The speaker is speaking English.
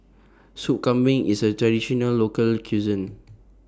Sup Kambing IS A Traditional Local Cuisine